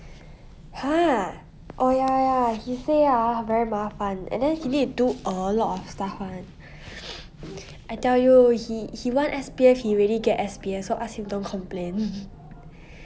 !huh! oh ya ya ya he say hor very 麻烦 and then he need to do a lot of stuff [one] I tell you he he want S_P_F he already get S_P_F so ask him don't complain